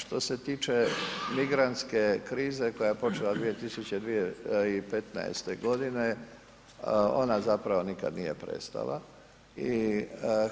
Što se tiče migrantske krize koja je počela 2015. godine, ona zapravo nikad nije prestala i